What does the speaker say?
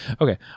Okay